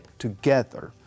together